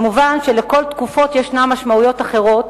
מובן שלכל תקופה ישנן משמעויות אחרות,